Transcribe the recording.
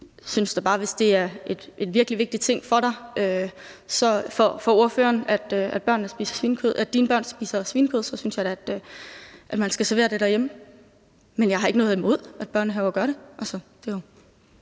Jeg synes da bare, at hvis det er så vigtig en ting for ordføreren, at børnene spiser svinekød, synes jeg da, man skal servere det derhjemme. Men jeg har ikke noget imod, at børnehaver gør det.